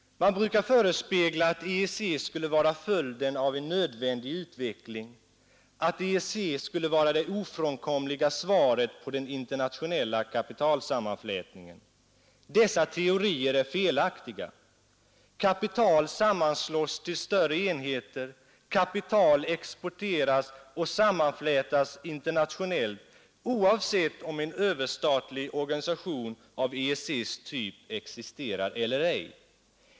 Man brukar förespegla att EEC skulle vara följden av en nödvändig utveckling, att EEC skulle vara det ofrånkomliga svaret på den internationella kapitalsammanflätningen. Dessa teorier är felaktiga. Kapital sammanslås till större enheter, kapital exporteras och sammanflätas internationellt oavsett om en öÖverstatlig organisation av EEC:s typ existerar eller ej.